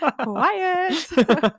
Quiet